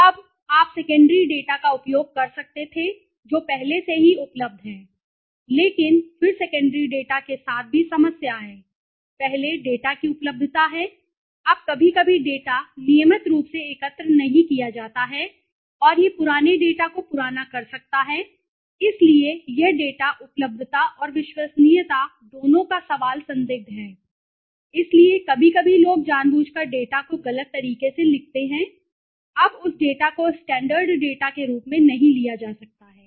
अब आप secondary data का उपयोग कर सकते थे जो पहले से ही उपलब्ध है लेकिन फिर सेकेंडरी डेटा के साथ भी समस्या है पहले डेटा की उपलब्धता है अब कभी कभी डेटा नियमित रूप से एकत्र नहीं किया जाता है और यह पुराने डेटा को पुराना कर सकता है इसलिए यह डेटा उपलब्धता और विश्वसनीयता दोनों का सवाल संदिग्ध है इसलिए कभी कभी लोग जानबूझकर डेटा को गलत तरीके से लिखते हैं अब उस डेटा को स्टैंडर्ड डेटा के रूप में नहीं लिया जा सकता है